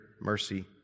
mercy